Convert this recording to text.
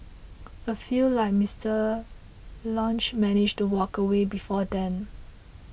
a few like Mister Lynch manage to walk away before then